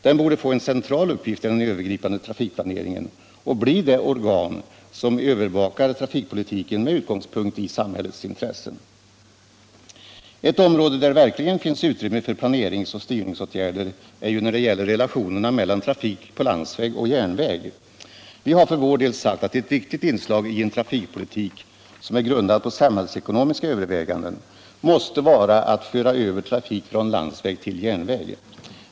Den borde få en central uppgift i den övergripande trafikplaneringen och bli det organ som Övervakar trafikpolitiken med utgångspunkt i samhällets intressen. Det område där det verkligen finns utrymme för planerings och styr ningsåtgärder är ju när det gäller relationerna mellan trafik på landsväg och järnväg. Vi har för vår del sagt att ett viktigt inslag i den trafikpolitik som är grundad på samhällsekonomiska överväganden måste vara att föra över trafik från landsväg till järnväg.